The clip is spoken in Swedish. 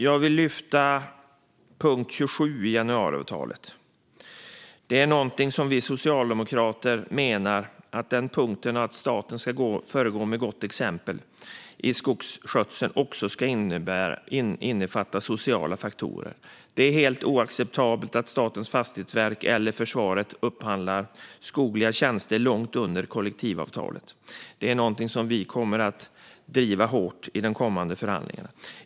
Jag vill lyfta fram punkt 27 i januariavtalet. När det gäller denna punkt om att staten ska föregå med gott exempel i skogsskötsel menar vi socialdemokrater att det också ska innefatta sociala faktorer. Det är helt oacceptabelt att Statens fastighetsverk eller försvaret upphandlar skogliga tjänster långt under nivån i kollektivavtalet. Det är någonting som vi kommer att driva hårt i de kommande förhandlingarna.